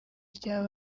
rya